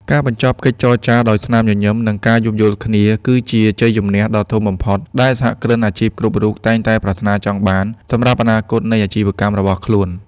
ការបញ្ចប់កិច្ចចរចាដោយស្នាមញញឹម និងការយោគយល់គ្នា គឺជាជ័យជម្នះដ៏ធំបំផុតដែលសហគ្រិនអាជីពគ្រប់រូបតែងតែប្រាថ្នាចង់បានសម្រាប់អនាគតនៃអាជីវកម្មរបស់ខ្លួន។